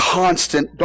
constant